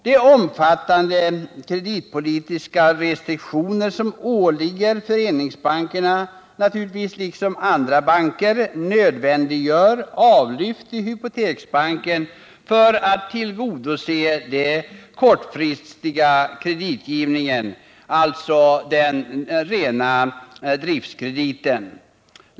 De omfattande kreditpolitiska restriktioner som åligger föreningsbankerna, liksom andra banker, nödvändiggör avlyft till Hypoteksbanken för att tillgodose den kortfristiga kreditgivningen, dvs. den rena driftkrediten.